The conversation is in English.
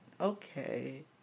Okay